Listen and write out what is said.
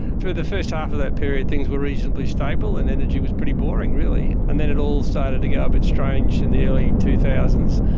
for the first half of that period, things were reasonably stable and energy was pretty boring, really. and then it all started to go a bit but strange in the early two thousand s.